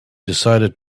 decided